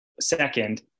second